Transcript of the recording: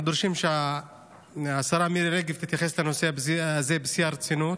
אנחנו דורשים שהשרה מירי רגב תתייחס לנושא הזה בשיא הרצינות